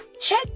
check